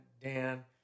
Dan